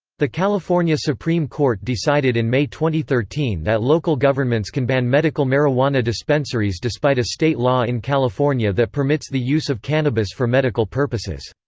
the california supreme court decided in may two thirteen that local governments can ban medical marijuana dispensaries despite a state law in california that permits the use of cannabis for medical purposes.